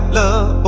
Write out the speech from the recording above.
love